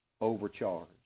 overcharged